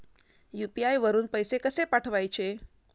UPI वरून पैसे कसे पाठवायचे?